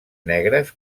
negres